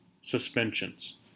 Suspensions